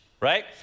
right